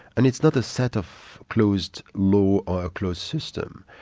and it's not a set of closed law or a closed system.